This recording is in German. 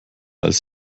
als